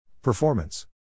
Performance